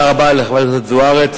פשוט תתביישו לכם.